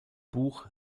buch